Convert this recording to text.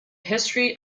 history